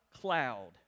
cloud